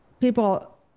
people